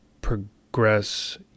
progress